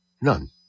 None